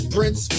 Prince